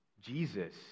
Jesus